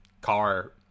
car